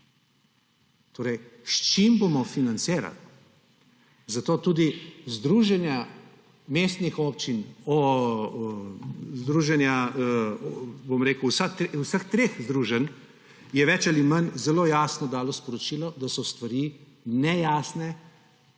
Torej, s čim bomo financirali? Zato tudi združenja mestnih občin, vseh treh združenj, je več ali manj zelo jasno dalo sporočilo, da so stvari nejasne,